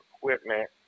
equipment